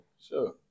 Sure